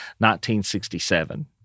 1967